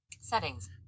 Settings